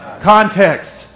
Context